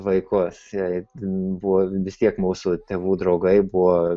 vaikus ten buvo vis tiek mūsų tėvų draugai buvo